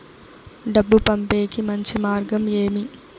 డబ్బు పంపేకి మంచి మార్గం ఏమి